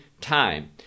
Time